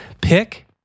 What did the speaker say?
Pick